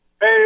Hey